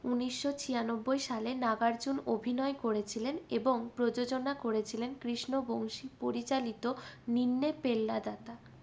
ঊনিশো ছিয়ানব্বই সালে নাগার্জুন অভিনয় করেছিলেন এবং প্রযোজনা করেছিলেন কৃষ্ণ বংশী পরিচালিত নিন্নে পেল্লাদাতা